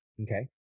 Okay